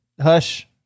hush